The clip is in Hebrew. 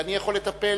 ואני יכול לטפל